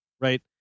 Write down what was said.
right